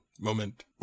moment